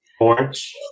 orange